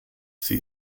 sie